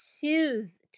choose